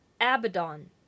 Abaddon